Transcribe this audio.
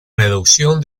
reducción